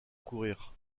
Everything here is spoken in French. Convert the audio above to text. courir